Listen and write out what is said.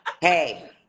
Hey